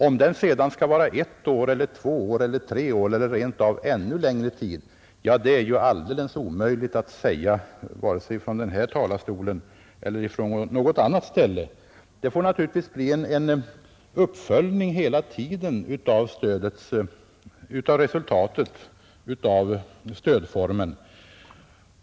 Om denna sedan skall vara ett, två eller tre år eller rent av ännu längre, är alldeles omöjligt att säga vare sig från denna talarstol eller från någon annan plats. Det får naturligtvis bli en uppföljning hela tiden av resultatet av stödformen.